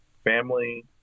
family